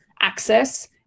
access